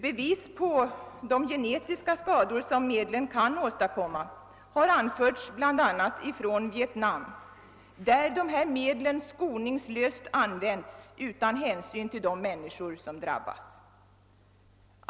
Bevis på de genetiska skador som medlen kan åstadkomma har anförts bl.a. från Vietnam, där dessa medel skoningslöst används utan hänsyn till de människor som drabbas.